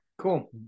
cool